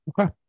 Okay